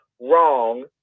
wrong